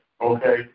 Okay